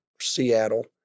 Seattle